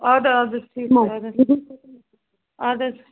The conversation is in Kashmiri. اَدٕ حظ اَدٕ حظ ٹھیٖک اَدٕ حظ